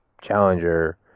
challenger